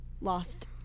Lost